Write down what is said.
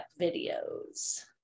videos